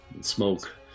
Smoke